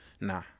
nah